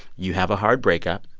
you have a hard breakup.